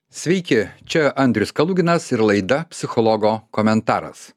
sveiki čia andrius kaluginas ir laida psichologo komentaras